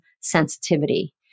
sensitivity